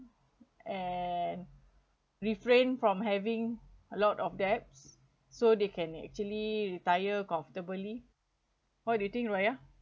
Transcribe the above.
and refrain from having a lot of debts so they can actually retire comfortably what do you think raya